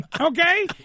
Okay